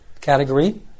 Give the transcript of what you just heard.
category